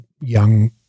young